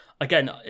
Again